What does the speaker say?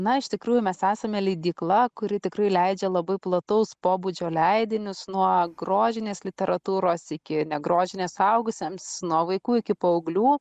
na iš tikrųjų mes esame leidykla kuri tikrai leidžia labai plataus pobūdžio leidinius nuo grožinės literatūros iki negrožinės suaugusiems nuo vaikų iki paauglių